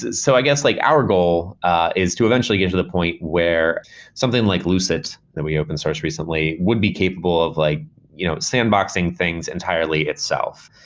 so i guess like our goal ah is to eventually get to the point where something like lucet, that we open sourced reasonably, would be capable of like you know sandboxing things entirely itself.